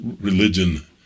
religion